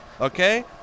okay